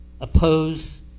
oppose